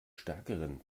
stärkeren